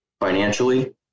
financially